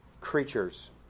creatures